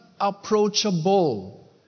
approachable